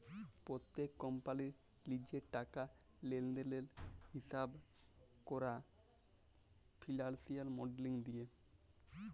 প্যত্তেক কম্পালির লিজের টাকা লেলদেলের হিঁসাব ক্যরা ফিল্যালসিয়াল মডেলিং দিয়ে